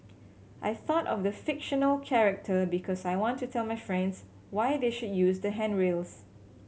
I thought of the fictional character because I want to tell my friends why they should use the handrails